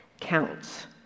counts